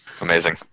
amazing